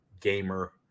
gamer